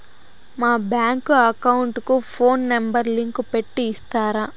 మా bank account కు phone number link పెట్టి ఇస్తారా?